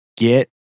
Get